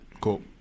Cool